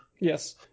Yes